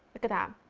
look at that!